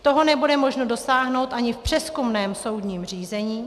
Toho nebude možno dosáhnout ani v přezkumném soudním řízení.